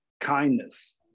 kindness